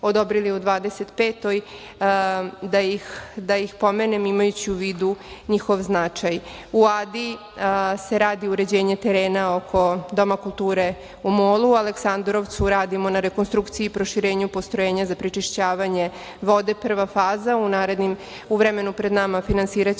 da ih pomenem imajući u vidu njihov značaj.U Adi se radi uređenje terena ono doma kulture, u Molu i Aleksandrovcu radimo rekonstrukciju i proširenje postrojenja za prečišćavanje vode, prva faza, u vremenu pred nama finansiraćemo